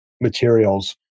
materials